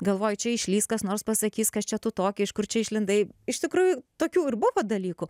galvoju čia išlįs kas nors pasakys kas čia tu tokia iš kur čia išlindai iš tikrųjų tokių ir buvo dalykų